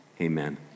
amen